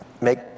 make